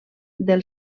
del